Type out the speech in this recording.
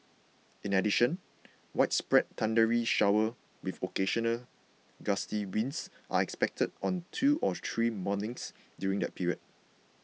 in addition widespread thundery showers with occasional gusty winds are expected on two or three mornings during that period